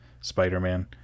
Spider-Man